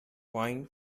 point